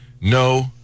no